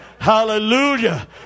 Hallelujah